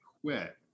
quit